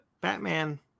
Batman